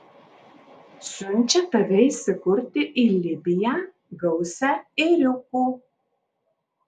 siunčia tave įsikurti į libiją gausią ėriukų